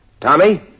Tommy